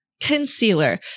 concealer